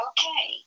Okay